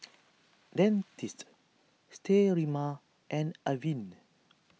Dentiste Sterimar and Avene